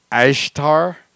Ishtar